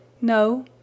No